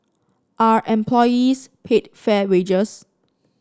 are employees paid fair wages